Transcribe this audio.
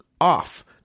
off